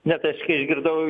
ne tai aš kai išgirdau